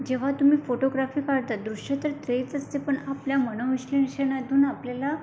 जेव्हा तुम्ही फोटोग्राफी काढताात दृश्य तर तेच असते पण आपल्या मनोविश्लेषणातून आपल्याला